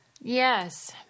Yes